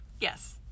Yes